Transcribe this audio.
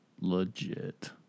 legit